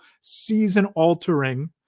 season-altering